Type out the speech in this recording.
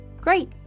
Great